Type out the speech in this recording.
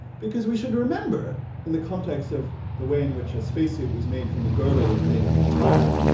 because we should remember in the context of the way in which a spacesuit was made from a girdle was made from a tire,